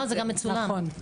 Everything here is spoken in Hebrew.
נכון,